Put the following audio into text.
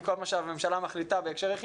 כי כל מה שהממשלה מחליטה בהקשר של חינוך,